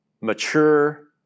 mature